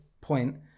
point